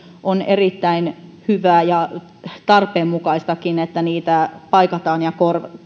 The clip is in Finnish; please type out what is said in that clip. on erittäin hyvää ja tarpeenmukaistakin että niitä paikataan ja